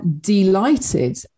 delighted